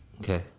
okay